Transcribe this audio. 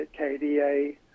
KDA